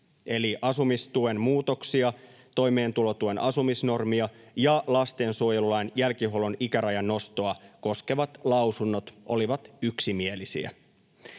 eli asumistuen muutoksia, toimeentulotuen asumisnormia ja lastensuojelulain jälkihuollon ikärajan nostoa koskevat lausunnot olivat yksimielisiä.